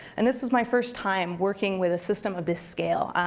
and this was my first time working with a system of this scale.